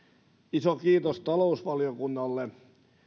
iso kiitos talousvaliokunnalle